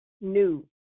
new